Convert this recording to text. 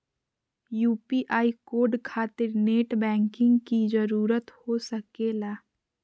UPI code खातिर net banking की जरूरत हो सके ला?